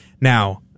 Now